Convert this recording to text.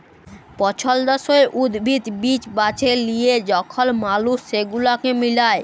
পছল্দসই উদ্ভিদ, বীজ বাছে লিয়ে যখল মালুস সেগুলাকে মিলায়